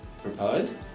proposed